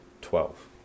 twelve